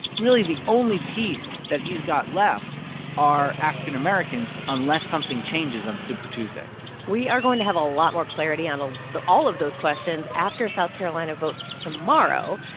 really, the only piece that he's got left are african americans, unless something changes on super tuesday we are going to have a lot more clarity on ah the all of those questions after south carolina votes tomorrow.